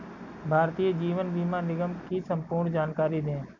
भारतीय जीवन बीमा निगम की संपूर्ण जानकारी दें?